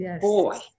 Boy